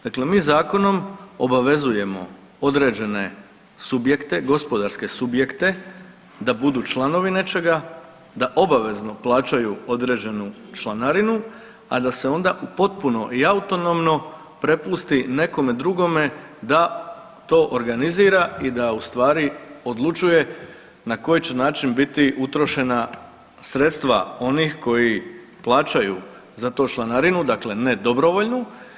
Dakle, mi zakonom obavezujemo određene subjekte, gospodarske subjekte da budu članovi nečega, da obavezno plaćaju određenu članarinu, a da se onda u potpuno i autonomno prepusti nekome drugome da to organizira i da u stvari odlučuje na koji će način biti utrošena sredstva onih koji plaćaju za to članarinu, dakle ne dobrovoljnu.